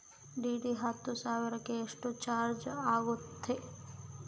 DD ಹತ್ತು ಸಾವಿರಕ್ಕೆ ಎಷ್ಟು ಚಾಜ್೯ ಆಗತ್ತೆ?